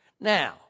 Now